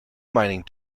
mining